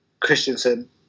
Christensen